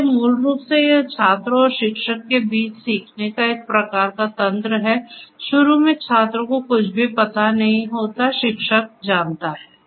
इसलिए मूल रूप से यह छात्र और शिक्षक के बीच सीखने का एक प्रकार का तंत्र है शुरू में छात्र को कुछ भी पता नहीं होता है शिक्षक जानता है